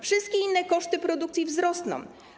Wszystkie inne koszty produkcji wzrosną.